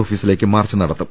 ഓഫീസിലേക്ക് മാർച്ച് നടത്തും